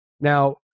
Now